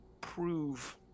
prove